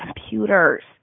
computers